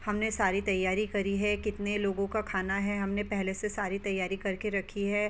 हमने सारी तैयारी करी है कितने लोगों का खाना है हमने पहले से सारी तैयारी करके रखी है